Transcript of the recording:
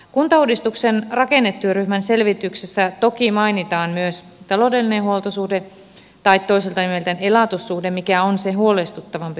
kuntauudistuksen rakennetyöryhmän selvityksessä toki mainitaan myös taloudellinen huoltosuhde tai toiselta nimeltään elatussuhde mikä on se huolestuttavampi mittari